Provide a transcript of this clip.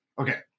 Okay